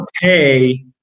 pay